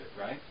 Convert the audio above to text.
Right